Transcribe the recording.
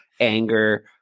anger